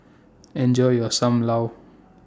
Enjoy your SAM Lau